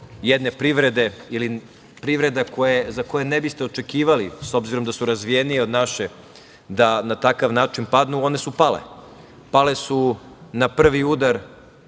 jedne privrede ili privreda za koju ne biste očekivali, s obzirom da su razvijenije od naše, da na takav način padnu, one su pale. Pale su na prvi udar